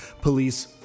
police